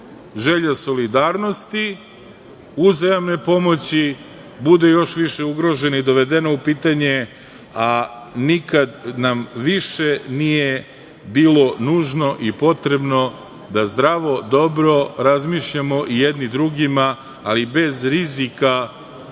želja solidarnosti, uzajamne pomoći budu još više ugroženi i dovedena u pitanje, a nikada nam više nije bilo nužno i potrebno da zdravo, dobro razmišljamo i jedni drugima, a i bez rizika